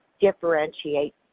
differentiate